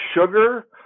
sugar